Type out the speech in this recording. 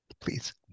Please